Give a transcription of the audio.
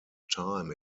time